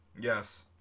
Yes